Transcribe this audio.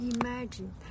imagine